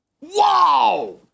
Wow